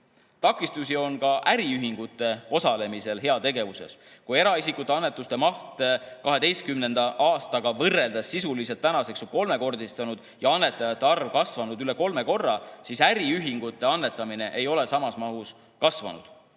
Takistusi on ka äriühingute osalemisel heategevuses. Kui eraisikute annetuste maht 2012. aastaga võrreldes sisuliselt on tänaseks kolmekordistunud ja annetajate arv kasvanud üle kolme korra, siis äriühingute annetamine ei ole samas mahus kasvanud.